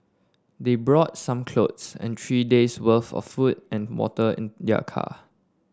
they brought some clothes and three days' worth of food and water in their car